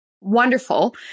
wonderful